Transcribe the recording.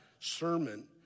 sermon